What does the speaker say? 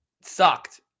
sucked